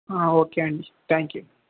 okay అండి thank you